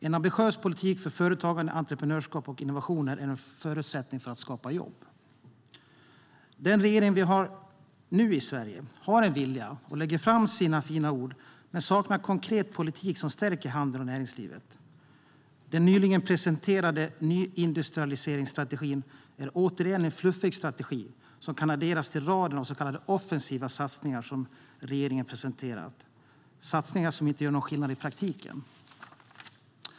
En ambitiös politik för företagande, entreprenörskap och innovationer är en förutsättning för att skapa jobb. Den regering vi nu har i Sverige har en vilja och lägger fram sina fina ord, men saknar konkret politik som stärker handeln och näringslivet. Den nyligen presenterade nyindustrialiseringsstrategin är återigen en fluffig strategi som kan adderas till raden av så kallade offensiva satsningar som regeringen har presenterat. Det är satsningar som inte gör någon skillnad i praktiken.